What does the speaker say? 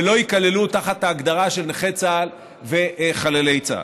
ולא ייכללו בהגדרה של נכי צה"ל וחללי צה"ל.